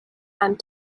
and